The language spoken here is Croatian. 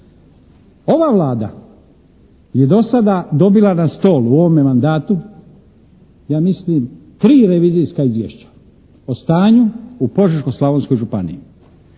Ova Vlada je do sada dobila na stol u ovome mandatu ja mislim 3 revizijska izvješća o stanju u Požeško-Slavonskoj županiji.